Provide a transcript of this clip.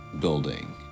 building